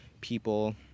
people